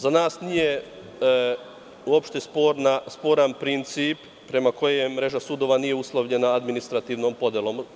Za nas nije uopšte sporan princip prema kojem mreža sudova nije uslovljena administrativnom podelom.